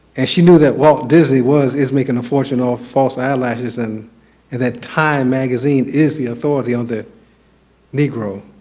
and she knew that walt disney was is making a fortune of false eyelashes, and and that time magazine is the authority on the negro.